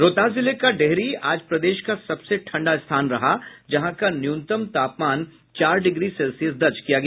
रोहतास जिले के डेहरी आज प्रदेश का सबसे ठंडा स्थान रहा जहां का न्यूनतम तापमान चार डिग्री सेल्सियस दर्ज किया गया